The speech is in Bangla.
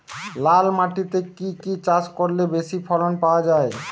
লাল মাটিতে কি কি চাষ করলে বেশি ফলন পাওয়া যায়?